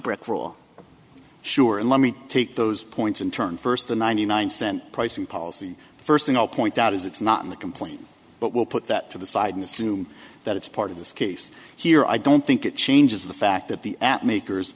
brick rule sure and let me take those points in turn first the ninety nine cent pricing policy first thing i'll point out is it's not in the complaint but we'll put that to the side and assume that it's part of this case here i don't think it changes the fact that the that makers